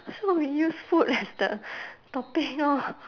so we use food as the topic lor